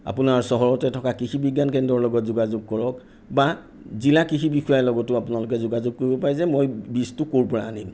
আপোনাৰ চহৰতে থকা কৃষি বিজ্ঞান কেন্দ্ৰৰ লগত যোগাযোগ কৰক বা জিলা কৃষি বিষয়াৰ লগতো আপোনালোকে যোগাযোগ কৰিব পাৰে যে মই বীজটো ক'ৰ পৰা আনিম